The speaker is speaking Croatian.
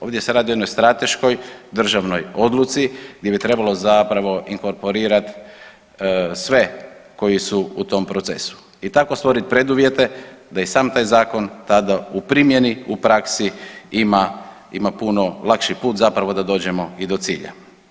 Ovdje se radi o jednoj strateškoj državnoj odluci gdje bi trebalo zapravo inkorporirat sve koji su u tom procesu i tako stvorit preduvjete da i sam taj zakon u primjeni, u praksi ima, ima puno lakši put zapravo da dođemo i do cilja.